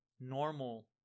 normal